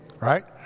right